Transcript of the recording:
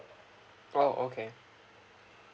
oh okay